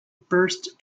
burst